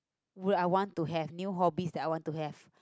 would I want to have new hobbies that I want to have